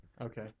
okay